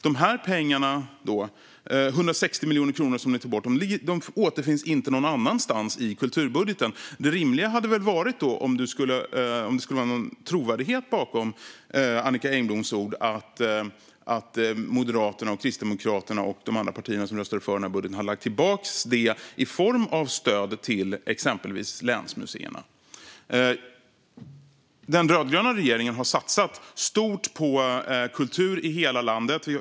De här pengarna som ni tog bort, 160 miljoner, återfanns inte någon annanstans i kulturbudgeten. Det rimliga hade väl varit, om det skulle vara någon trovärdighet bakom Annicka Engbloms ord, att Moderaterna, Kristdemokraterna och de andra partierna som röstade för den budgeten hade lagt tillbaka det i form av stöd till exempelvis länsmuseerna. Den rödgröna regeringen har satsat stort på kultur i hela landet.